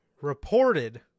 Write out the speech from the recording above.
reported